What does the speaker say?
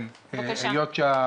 היות ששמעתי על הבעיה הזו,